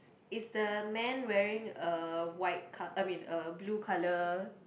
is the man wearing a white co~ I mean a blue colour